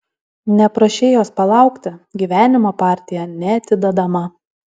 neprašei jos palaukti gyvenimo partija neatidedama